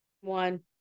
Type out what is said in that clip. one